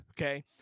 okay